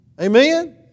Amen